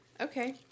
Okay